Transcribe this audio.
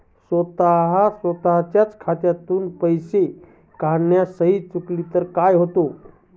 स्वतः स्वतःच्या खात्यातून पैसे काढताना सही चुकली तर काय होते?